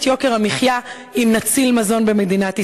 יוקר המחיה אם נציל מזון במדינת ישראל.